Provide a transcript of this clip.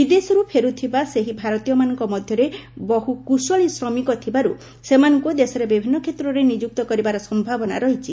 ବିଦେଶରୁ ଫେରୁଥିବା ସେହି ଭାରତୀୟମାନଙ୍କ ମଧ୍ୟରେ ବହୁ କୁଶଳୀ ଶ୍ରମିକ ଥିବାରୁ ସେମାନଙ୍କୁ ଦେଶରେ ବିଭିନ୍ନ କ୍ଷେତ୍ରରେ ନିଯୁକ୍ତ କରିବାର ସମ୍ଭାବନା ରହିଛି